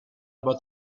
about